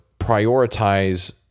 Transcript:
prioritize